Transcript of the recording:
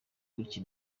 gutyo